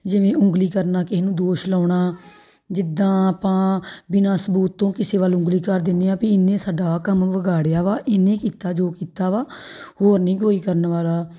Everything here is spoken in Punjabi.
ਜਿਵੇਂ ਉਂਗਲੀ ਕਰਨਾ ਕਿਸੇ ਨੂੰ ਦੋਸ਼ ਲਾਉਣਾ ਜਿੱਦਾਂ ਆਪਾਂ ਬਿਨਾਂ ਸਬੂਤ ਤੋਂ ਕਿਸੇ ਵੱਲ ਉਂਗਲੀ ਕਰ ਦਿੰਦੇ ਹਾਂ ਵੀ ਇਹਨੇ ਸਾਡਾ ਆਹ ਕੰਮ ਵਿਗਾੜਿਆ ਵਾ ਇਹਨੇ ਕੀਤਾ ਜੋ ਕੀਤਾ ਵਾ ਹੋਰ ਨਹੀਂ ਕੋਈ ਕਰਨ ਵਾਲਾ